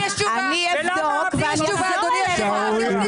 לי יש תשובה, אדוני היושב ראש.